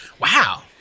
wow